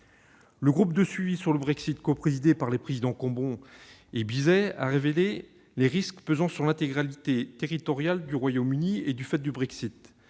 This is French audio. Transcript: Le groupe de suivi sur le Brexit, coprésidé par les présidents Cambon et Bizet, a révélé les risques pesant sur l'intégrité territoriale du Royaume-Uni du fait du Brexit.